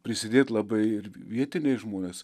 prisidėt labai ir vietiniai žmonės